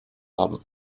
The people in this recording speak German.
haben